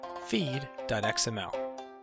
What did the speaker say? feed.xml